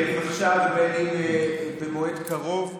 אם עכשיו ואם במועד קרוב,